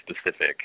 specific